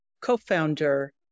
co-founder